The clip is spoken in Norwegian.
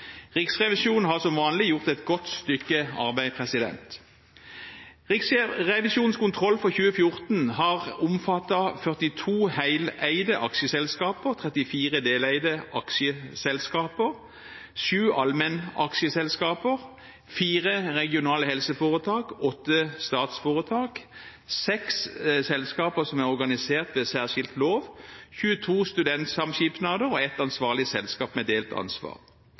Riksrevisjonen har som vanlig gjort et godt stykke arbeid. Riksrevisjonens kontroll for 2014 har omfattet 42 heleide aksjeselskaper, 34 deleide aksjeselskaper, 7 allmennaksjeselskaper, 4 regionale helseforetak, 8 statsforetak, 6 selskaper som er organisert ved særskilt lov, 22 studentsamskipnader og 1 ansvarlig selskap med delt ansvar.